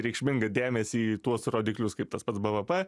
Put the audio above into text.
reikšmingą dėmesį į tuos rodiklius kaip tas pats bvp